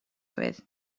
with